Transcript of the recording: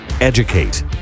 educate